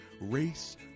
race